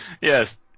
Yes